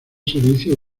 servicio